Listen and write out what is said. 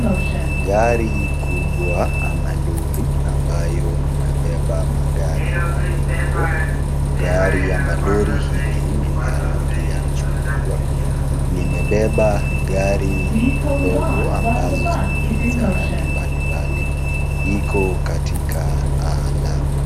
Gari kubwa ama lori, ambayo inabeba magari madogo, gari ama lori hili ni la rangi ya chungwa, limebeba gari ndogo ambazo ni za rangi mbalimbali , iko katika lami.